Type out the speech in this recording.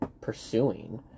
pursuing